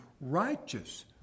righteous